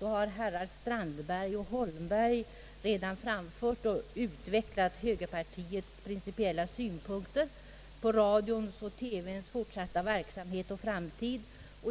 har herrar Strandberg och Holmberg redan framfört och utvecklat högerpartiets principiella synpunkter på radions och televisionens fortsatta verksamhet och framtid.